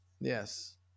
Yes